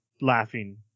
laughing